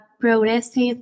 progressive